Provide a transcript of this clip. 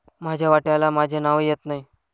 माझ्या वाट्याला माझे नावही येत नाही